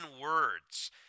Words